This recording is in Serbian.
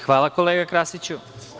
Hvala kolega Krasiću.